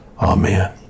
Amen